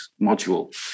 module